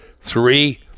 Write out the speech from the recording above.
Three